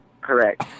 Correct